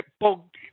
bogged